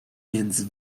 między